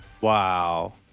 Wow